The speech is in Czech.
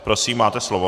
Prosím, máte slovo.